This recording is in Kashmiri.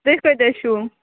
تُہۍ کۭتیٛاہ چھُو